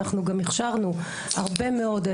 אנחנו גם הכשרנו הרבה מאוד,